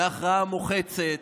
היא הכרעה מוחצת,